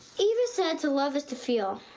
eva said to love is to feel.